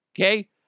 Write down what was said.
Okay